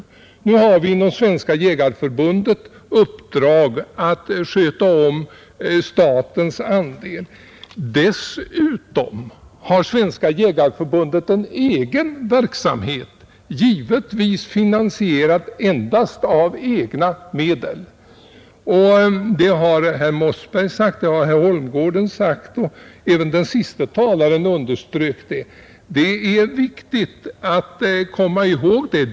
Nu har vi inom Svenska jägareförbundet i uppdrag att sköta om statens andel. Dessutom har Svenska jägareförbundet en egen verksamhet, givetvis finansierad endast av egna medel. Det har både herr Mossberger och herr Johansson i Holmgården sagt, och även den senaste talaren underströk det. Det är viktigt att komma ihåg detta.